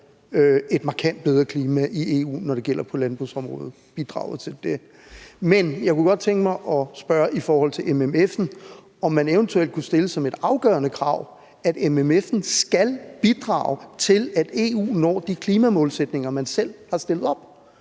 et markant bedre klima i EU, når det gælder bidraget til landbrugsområdet. Men jeg kunne godt tænke mig at spørge i forhold til MFF'en, om man eventuelt kunne stille som et afgørende krav, at MFF'en skal bidrage til, at EU når de klimamålsætninger, man selv har stillet op.